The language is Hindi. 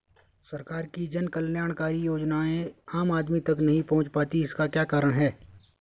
सरकार की जन कल्याणकारी योजनाएँ आम आदमी तक नहीं पहुंच पाती हैं इसका क्या कारण है?